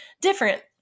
different